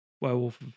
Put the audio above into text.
Werewolf